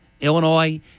Illinois